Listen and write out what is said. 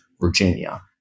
Virginia